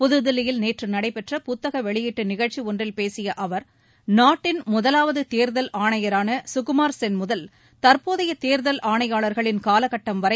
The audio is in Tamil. புதுதில்லியில் நேற்று நடைபெற்ற புத்தக வெளியீட்டு நிகழ்ச்சி ஒன்றில் பேசிய அவர் நாட்டின் முதலாவது தேர்தல் ஆணையரான சுகுமார் சென் முதல் தற்போதைய தேர்தல் ஆணையர்களின் காலகட்டம் வரை